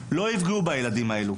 לא יפגעו בילדים האלו.